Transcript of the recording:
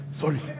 Sorry